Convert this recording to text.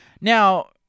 Now